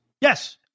Yes